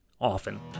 often